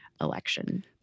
election